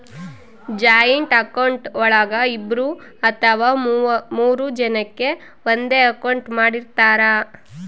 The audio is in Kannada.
ಜಾಯಿಂಟ್ ಅಕೌಂಟ್ ಒಳಗ ಇಬ್ರು ಅಥವಾ ಮೂರು ಜನಕೆ ಒಂದೇ ಅಕೌಂಟ್ ಮಾಡಿರ್ತರಾ